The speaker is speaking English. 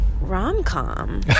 Rom-com